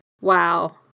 Wow